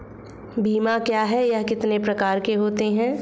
बीमा क्या है यह कितने प्रकार के होते हैं?